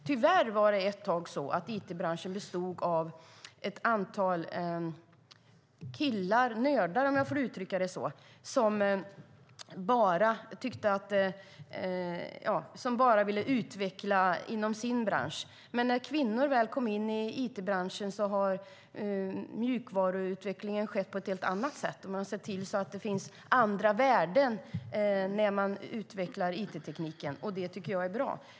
Tyvärr var det ett tag så att it-branschen bestod av ett antal killar - nördar, om jag får uttrycka det så - som bara ville utveckla inom sin bransch. Men när kvinnor väl kom in i it-branschen har mjukvaruutvecklingen skett på ett helt annat sätt, och man har sett till att det finns andra värden när man utvecklar it-tekniken. Det tycker jag är bra.